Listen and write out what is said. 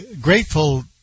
grateful